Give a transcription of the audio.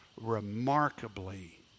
remarkably